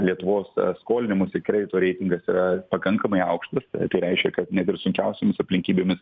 lietuvos skolinimosi kredito reitingas yra pakankamai aukštas tai reiškia kad net ir sunkiausiomis aplinkybėmis